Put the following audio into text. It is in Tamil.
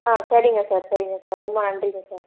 ஆ சரிங்க சார் சரிங்க சார் ரொம்ப நன்றிங்க சார்